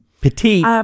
petite